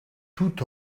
tout